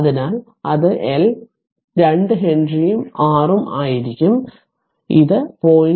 അതിനാൽ അത് L 2 ഹെൻറിയും R ഉം ആയിരിക്കും അതിനാൽ ഇത് 0